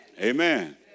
Amen